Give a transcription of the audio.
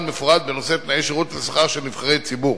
מפורט בנושא תנאי שירות ושכר של נבחרי ציבור.